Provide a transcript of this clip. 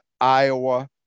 Iowa